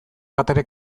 batere